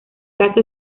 caso